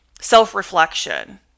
self-reflection